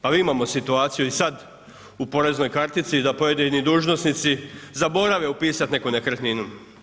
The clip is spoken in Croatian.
Pa imamo sad situaciju i sad u poreznoj kartici da pojedini dužnosnici zaborave upisati neku nekretninu.